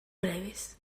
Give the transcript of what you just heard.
previs